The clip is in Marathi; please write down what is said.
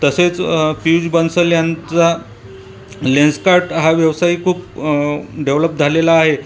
तसेच पीयुष बंसल यांचा लेन्सकार्ट हा व्यवसायही खूप डेव्हलप झालेला आहे